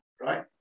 right